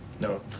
No